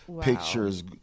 pictures